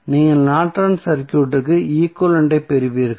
நீங்கள் நார்டன்ஸ் சர்க்யூட்க்கு ஈக்வலன்ட் ஐ பெறுவீர்கள்